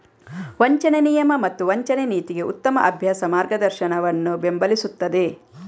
ವಂಚನೆ ನಿಯಮ ಮತ್ತು ವಂಚನೆ ನೀತಿಗೆ ಉತ್ತಮ ಅಭ್ಯಾಸ ಮಾರ್ಗದರ್ಶನವನ್ನು ಬೆಂಬಲಿಸುತ್ತದೆ